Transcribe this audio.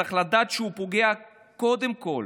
צריך לדעת שהוא פוגע קודם כול